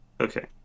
Okay